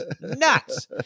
Nuts